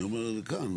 אני אומר כאן,